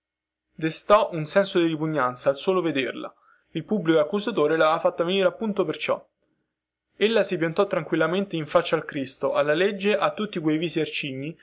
destò un senso di ripugnanza al solo vederla il pubblico accusatore laveva fatta venire appunto per ciò ella si piantò tranquillamente in faccia al cristo alla legge a tutti quei visi arcigni